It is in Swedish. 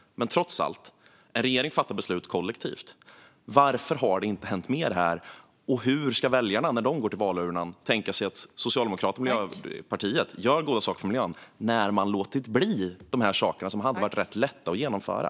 Men trots allt fattar en regering beslut kollektivt. Varför har det inte hänt mer här? Hur ska väljarna när de går till valurnan tänka sig att Socialdemokraterna och Miljöpartiet gör goda saker för miljön, när man har låtit bli de här sakerna, som hade varit rätt lätta att genomföra?